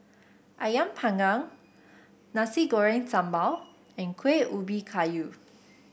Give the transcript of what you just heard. ayam Panggang Nasi Goreng Sambal and Kueh Ubi Kayu